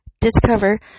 discover